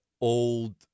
old